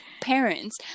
parents